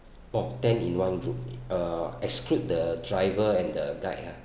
!wow! ten in one group uh exclude the driver and the guide ah